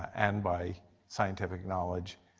and by scientific knowledge.